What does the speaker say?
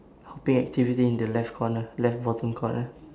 hopping activity in the left corner left bottom corner